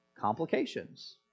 Complications